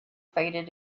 faded